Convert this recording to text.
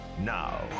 now